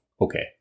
okay